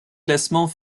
classements